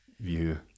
view